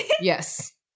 Yes